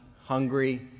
hungry